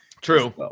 True